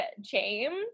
James